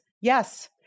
Yes